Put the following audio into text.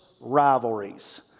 rivalries